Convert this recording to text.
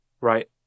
Right